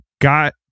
got